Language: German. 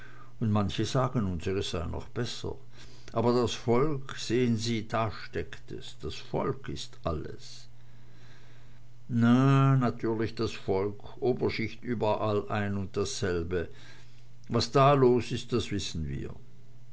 und manche sagen unsres sei noch besser aber das volk sehen sie da steckt es das volk ist alles na natürlich volk oberschicht überall ein und dasselbe was da los ist das wissen wir